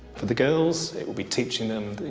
for the girls it would be teaching them,